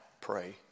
pray